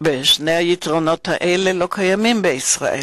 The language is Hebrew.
והיתרון הזה לא קיים בישראל.